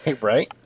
Right